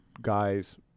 guys